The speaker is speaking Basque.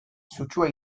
sutsua